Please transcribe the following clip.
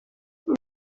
ati